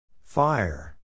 Fire